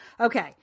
Okay